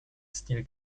steel